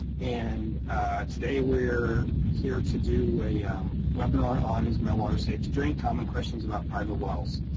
and today we're here to do a webinar on, is my water safe to drink? common questions about private wells.